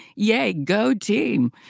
yay. go team?